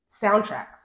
soundtracks